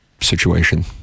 situation